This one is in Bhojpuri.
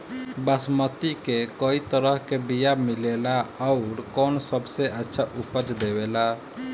बासमती के कै तरह के बीया मिलेला आउर कौन सबसे अच्छा उपज देवेला?